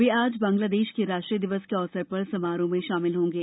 वे आज बांग्लादेश के राष्ट्रीय दिवस के अवसर पर समारोह में शामिल होंगे